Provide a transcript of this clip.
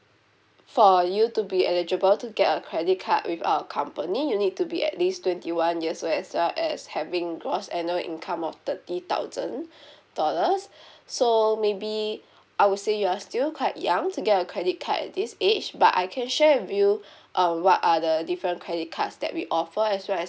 for you to be eligible to get a credit card with our company you need to be at least twenty one years old as well as having gross annual income of thirty thousand dollars so maybe I would say you are still quite young to get a credit card at this age but I can share with you uh what are the different credit cards that we offer as well as